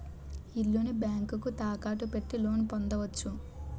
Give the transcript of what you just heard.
ఇల్లుని బ్యాంకుకు తాకట్టు పెట్టి లోన్ పొందవచ్చు